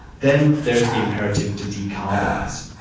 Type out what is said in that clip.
then there's the imperative to decarbonise.